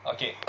Okay